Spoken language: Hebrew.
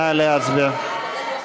נא להצביע.